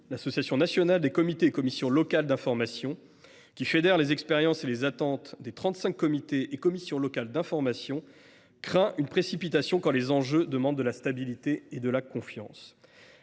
L’Association nationale des comités et commissions locales d’information (Anccli), qui fédère les expériences et les attentes des trente cinq comités et commissions locales d’information, craint une précipitation quand les enjeux demandent de la stabilité et de la confiance.